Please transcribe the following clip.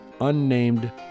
unnamed